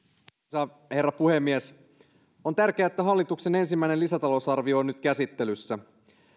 arvoisa herra puhemies on tärkeää että hallituksen ensimmäinen lisätalousarvio on nyt käsittelyssä